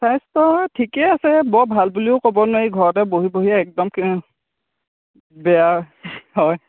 স্বাস্থ্য ঠিকে আছে বৰ ভাল বুলিও ক'ব নোৱাৰি ঘৰতে বহি বহি একদম বেয়া হয়